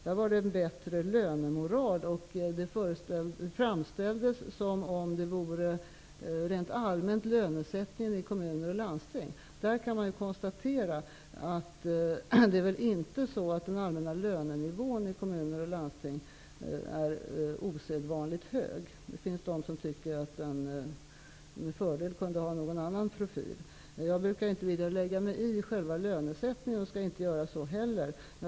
Den handlade om en bättre lönemoral, och det framställdes som att det gällde lönesättningen i kommuner och landsting rent allmänt. Man kan i det sammanhanget konstatera att den allmänna lönenivån i kommuner och landsting inte är osedvanligt hög. Det finns de som tycker att den med fördel kunde ha en annan profil. Jag brukar inte lägga mig i själva lönesättningen och skall inte heller göra det.